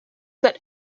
that